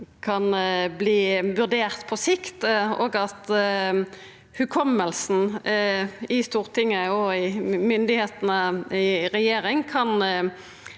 kan bli vurdert på sikt, og for at hukommelsen i Stortinget og i myndigheitene i regjering